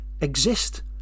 exist